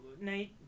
Night